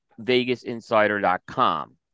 vegasinsider.com